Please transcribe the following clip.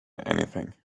anything